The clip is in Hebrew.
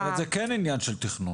זאת אומרת זה כן עניין של תכנון?